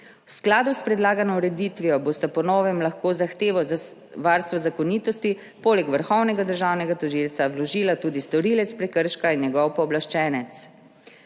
V skladu s predlagano ureditvijo bosta po novem lahko zahtevo za varstvo zakonitosti poleg Vrhovnega državnega tožilstva vložila tudi storilec prekrška in njegov pooblaščenec.